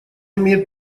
имеет